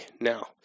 now